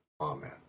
Amen